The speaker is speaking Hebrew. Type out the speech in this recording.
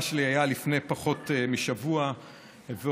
גבאי.